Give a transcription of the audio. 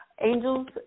angels